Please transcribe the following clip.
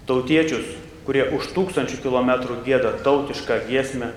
tautiečius kurie už tūkstančių kilometrų gieda tautišką giesmę